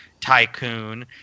tycoon